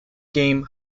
game